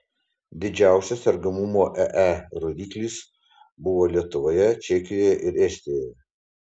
didžiausias sergamumo ee rodiklis buvo lietuvoje čekijoje ir estijoje